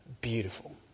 beautiful